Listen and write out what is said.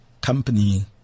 company